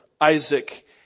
Isaac